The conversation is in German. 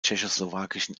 tschechoslowakischen